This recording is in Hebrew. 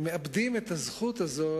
מאבדים את הזכות הזאת,